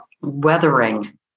weathering